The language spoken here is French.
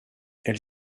elle